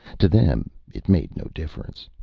to them, it made no difference.